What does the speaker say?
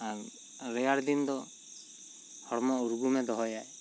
ᱟᱨ ᱨᱮᱭᱟᱲ ᱫᱤᱱ ᱫᱚ ᱦᱚᱲᱢᱚ ᱩᱨᱜᱩᱢᱮ ᱫᱚᱦᱚᱭᱟᱭ